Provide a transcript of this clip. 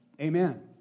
Amen